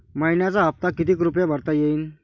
मइन्याचा हप्ता कितीक रुपये भरता येईल?